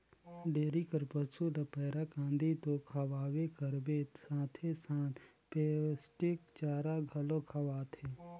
dairy कर पसू ल पैरा, कांदी तो खवाबे करबे साथे साथ पोस्टिक चारा घलो खवाथे